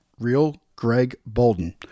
realgregbolden